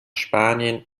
spanien